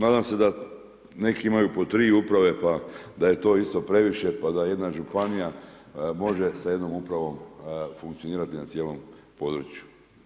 Nadam se da neki imaju po tri uprave, pa da je to isto previše pa da jedna županija može sa jednom upravom funkcionirati na cijelom području.